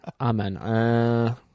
Amen